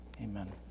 Amen